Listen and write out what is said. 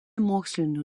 mokslinių